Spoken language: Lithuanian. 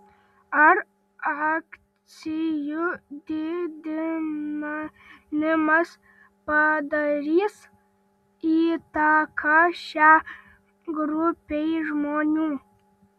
ar akcizų didinimas padarys įtaką šiai grupei žmonių